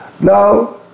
Now